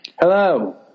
Hello